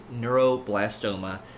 neuroblastoma